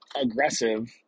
aggressive